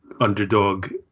underdog